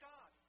God